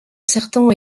certains